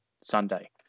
Sunday